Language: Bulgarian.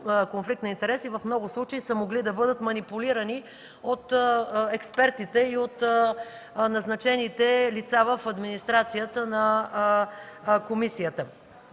конфликт на интереси в много случаи са могли да бъдат манипулирани от експертите и от назначените лица в администрацията на комисията.